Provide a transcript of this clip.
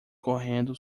correndo